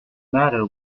matter